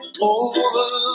over